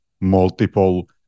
multiple